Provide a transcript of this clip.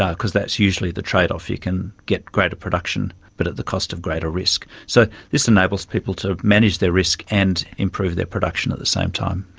ah because that's usually the trade-off you can get greater production but at the cost of greater risk. so this enables people to manage their risk and improve their production at the same time.